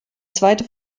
zweite